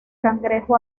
cangrejo